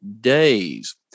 days